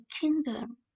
kingdom